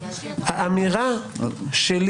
האמירה שלי